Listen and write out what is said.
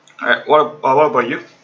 alright what what about you